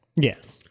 Yes